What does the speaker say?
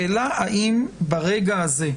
האם ברגע הזה,